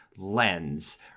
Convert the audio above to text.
lens